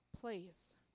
place